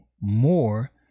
more